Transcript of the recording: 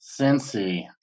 Cincy